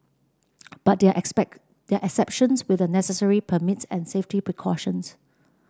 but there are expect exceptions with the necessary permits and safety precautions